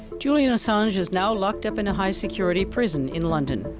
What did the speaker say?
julian assange is now locked up in a high security prison in london.